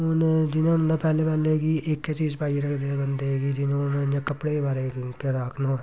हून जियां होंदा पैह्ले पैह्ले कि इक्कै चीज़ पाइयै रखदे हे बंदे कि हून जियां कपड़े दे बारे च अगर आखनां होऐ